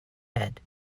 head